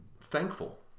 thankful